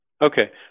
Okay